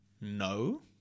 No